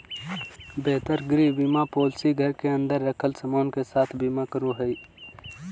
बेहतर गृह बीमा पॉलिसी घर के अंदर रखल सामान के साथ बीमा करो हय